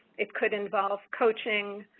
it could involve coaching,